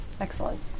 Excellent